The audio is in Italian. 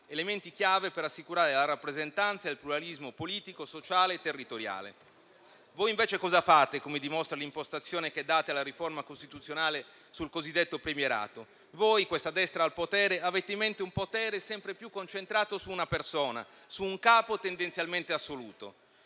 elementi chiave per assicurare la rappresentanza e il pluralismo politico, sociale e territoriale. Voi, invece, cosa fate? Come dimostra l'impostazione che date alla riforma costituzionale sul cosiddetto premierato, voi, questa destra al potere, avete in mente un potere sempre più concentrato su una persona, su un capo tendenzialmente assoluto.